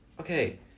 okay